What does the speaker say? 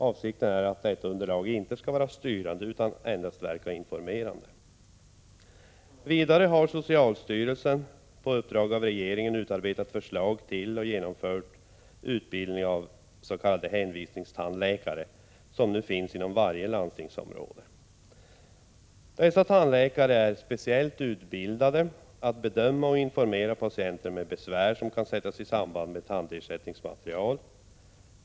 Avsikten är att detta inte skall vara styrande utan endast verka informerande. Vidare har socialstyrelsen på uppdrag av regeringen utarbetat förslag till och genomfört utbildning av s.k. hänvisningsläkare, som nu finns inom varje landstingsområde. Dessa läkare är speciellt utbildade att bedöma och informera patienter med besvär som kan sättas i samband med tandersättningsmaterial.